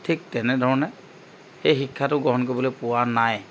ঠিক তেনেধৰণে সেই শিক্ষাটো গ্ৰহণ কৰিবলৈ পোৱা নাই